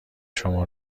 شما